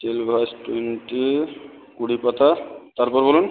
টেলভাস twenty কুড়ি পাতা তারপর বলুন